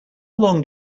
long